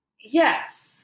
Yes